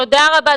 תודה רבה.